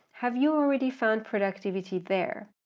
have you already found productivity there,